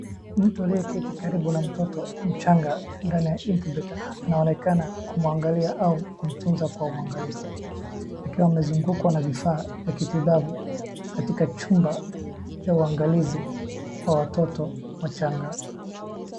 Mtu aliyeketi karibu na mtoto mchanga ndani ya incubator anaonekana kumwangali au kumtunza kwa uangalifu akiwa amezungukwa na vifaa vya kimatibabu katika achumba cha uangalizi wa watoto wachanga.